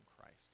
Christ